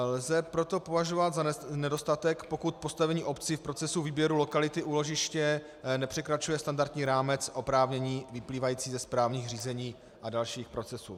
Lze proto považovat za nedostatek, pokud postavení obcí v procesu výběru lokality úložiště nepřekračuje standardní rámec oprávnění vyplývající ze správních řízení a dalších procesů.